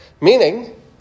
Meaning